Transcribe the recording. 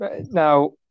now